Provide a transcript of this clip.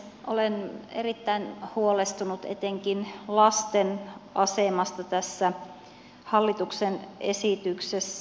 olen erittäin huolestunut etenkin lasten asemasta tässä hallituksen esityksessä